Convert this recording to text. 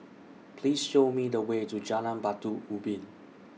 Please Show Me The Way to Jalan Batu Ubin